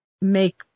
make –